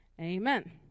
Amen